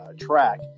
track